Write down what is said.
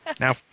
Now